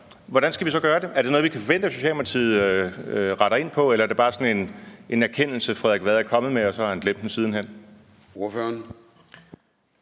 Hvordan skal vi så gøre det? Er det noget, vi kan forvente at Socialdemokratiet retter ind på, eller er det bare sådan en erkendelse, hr. Frederik Vad er kommet med, og så har han glemt den siden hen? Kl.